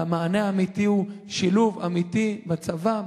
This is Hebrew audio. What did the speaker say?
והמענה האמיתי הוא שילוב אמיתי בצבא,